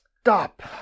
stop